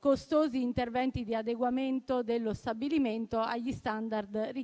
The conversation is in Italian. costosi interventi di adeguamento dello stabilimento richiesti